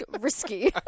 risky